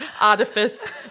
artifice